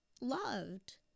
loved